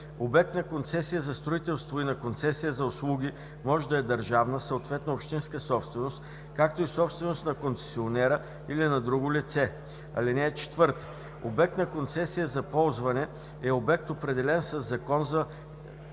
Обектът на концесия за строителство и на концесия за услуги може да е държавна, съответно общинска собственост, както и собственост на концесионера или на друго лице. (4) Обект на концесия за ползване е обект, определен със закон за